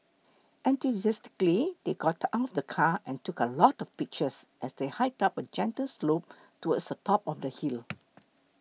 enthusiastically they got out of the car and took a lot of pictures as they hiked up a gentle slope towards the top of the hill